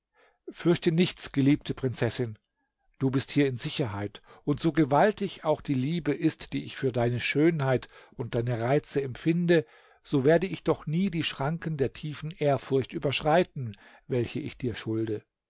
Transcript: fürchte nichts geliebte prinzessin du bist hier in sicherheit und so gewaltig auch die liebe ist die ich für deine schönheit und deine reize empfinde so werde ich doch nie die schranken der tiefen ehrfurcht überschreiten welche ich dir schulde